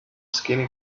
skinny